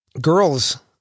girls